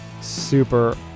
super